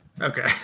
okay